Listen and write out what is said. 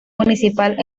municipal